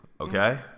Okay